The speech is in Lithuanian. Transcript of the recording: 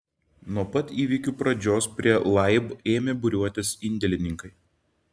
nuo pat įvykių pradžios prie laib ėmė būriuotis indėlininkai